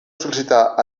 sol·licitar